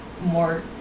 more